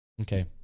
Okay